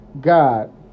God